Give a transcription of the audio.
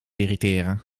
irriteren